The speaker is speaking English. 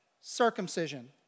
circumcision